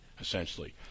essentially